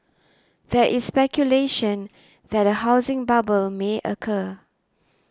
there is speculation that a housing bubble may occur